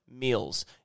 meals